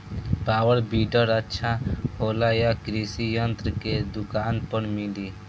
Power weeder अच्छा होला यह कृषि यंत्र के दुकान पर मिली?